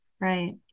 Right